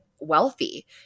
wealthy